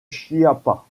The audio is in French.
chiapas